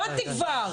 הבנתי כבר.